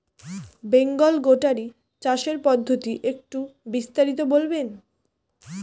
Bengal goatery চাষের পদ্ধতি একটু বিস্তারিত বলবেন?